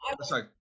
Sorry